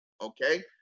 Okay